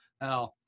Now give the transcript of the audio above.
Now